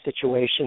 situation